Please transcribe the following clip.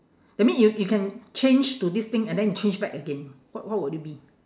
that mean you you can change to this thing and then you change back again what what would it be